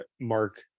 Mark